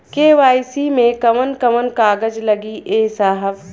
KYC मे कवन कवन कागज लगी ए साहब?